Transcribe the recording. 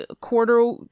quarter